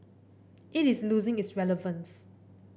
it is losing its relevance